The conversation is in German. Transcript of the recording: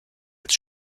als